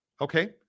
Okay